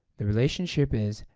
the relationship is,